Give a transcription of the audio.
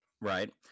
Right